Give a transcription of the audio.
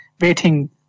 waiting